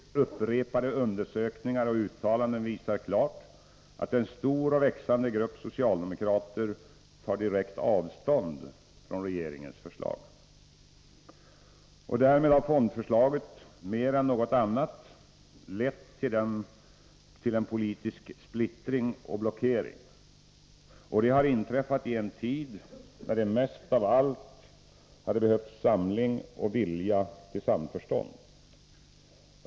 Upprepade undersökningar och uttalanden visar klart att en stor och växande grupp socialdemokrater tar direkt avstånd från regeringens förslag. Därmed har fondförslaget mer än något annat lett till politisk splittring och blockering. Och det har inträffat i en tid, när det mest av allt hade behövts samling och vilja till samförstånd.